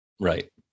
Right